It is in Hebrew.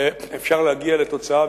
אפשר להגיע לתוצאה,